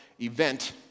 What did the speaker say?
event